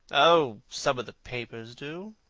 oh, some of the papers do.